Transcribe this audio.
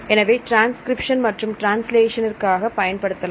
எனவே ட்ரான்ஸ்கிரிப்ஷன் மற்றும் ட்ரான்ஸ்லேஷன்ற்காக பயன்படுத்தலாம்